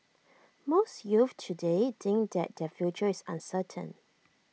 most youths today think that their future is uncertain